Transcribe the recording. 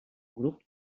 grup